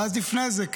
ואז לפני זה,